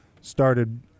started